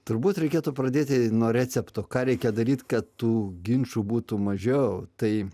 turbūt reikėtų pradėti nuo recepto ką reikia daryt kad tų ginčų būtų mažiau tai